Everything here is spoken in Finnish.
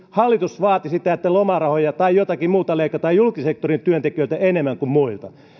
hallitus vaati sitä että lomarahoja tai jotakin muuta leikataan julkisen sektorin työntekijöiltä enemmän kuin muilta sillä ei